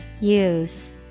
Use